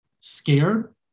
scared